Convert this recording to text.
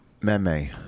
Meme